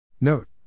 Note